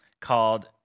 called